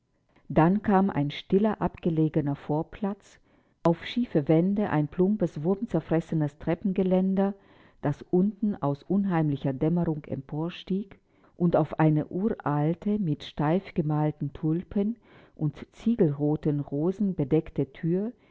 dann kam ein stiller abgelegener vorplatz auf schiefe wände ein plumpes wurmzerfressenes treppengeländer das unten aus unheimlicher dämmerung emporstieg und auf eine uralte mit steifgemalten tulpen und ziegelroten rosen bedeckte thür